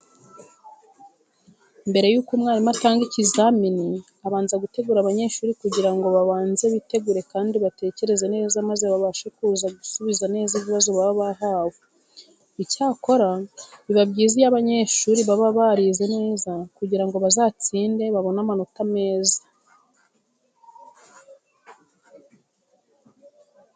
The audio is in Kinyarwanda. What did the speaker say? Mbere yuko umwarimu atanga ikizamini abanza guteguza abanyeshuri kugira ngo babanze bitegure kandi batekereze neza maze babashe kuza gusubiza neza ibibazo baba bahawe. Icyakora biba byiza iyo abanyeshuri baba barize neza kugira ngo bazatsinde babone amanota meza.